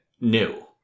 new